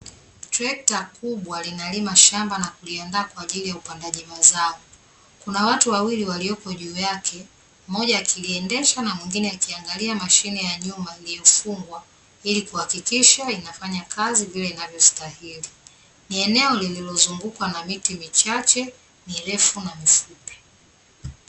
Trekta kubwa linalima shamba na kuliandaa kwaajili ya upandaji mazao, kuna watu wawili waliopo juu yake mmoja akiliendesha na mmoja akiangalia mashine ya nyuma iliyofungwa, ili kuhakikisha inafanya kazi vile inavyostahili. Ni eneo lililozungukwa na miti michache, mirefu, na mifupi.